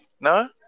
No